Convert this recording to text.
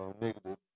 negative